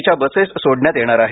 च्या बसेस सोडण्यात येणार आहेत